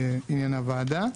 עניין הוועדה.